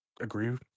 agree